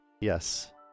Yes